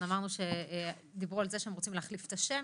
דיברו על זה שרוצים להחליף את השם.